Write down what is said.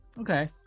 okay